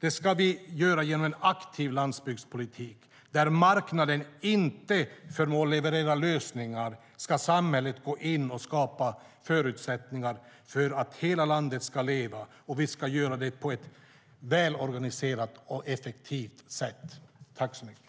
Det ska vi göra genom en aktiv landsbygdspolitik. Där marknaden inte förmår leverera lösningar ska samhället gå in och skapa förutsättningar för att hela landet ska leva, och vi ska göra det på ett välorganiserat och effektivt sätt.